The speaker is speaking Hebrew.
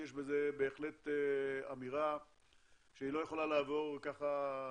יש בזה בהחלט אמירה שהיא לא יכולה לעבור ככה,